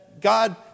God